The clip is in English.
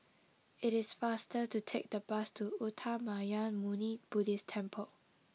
it is faster to take the bus to Uttamayanmuni Buddhist Temple